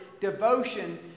devotion